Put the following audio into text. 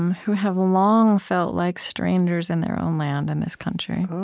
who have long felt like strangers in their own land in this country